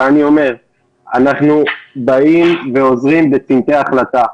אנחנו באים ועוזרים בצמתים שבהם נדרשת החלטה,